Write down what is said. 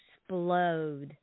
explode